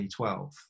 2012